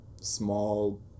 small